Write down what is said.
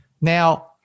Now